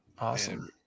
awesome